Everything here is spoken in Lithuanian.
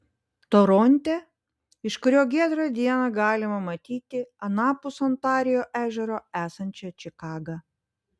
toronte iš kurio giedrą dieną galima matyti anapus ontarijo ežero esančią čikagą